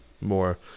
more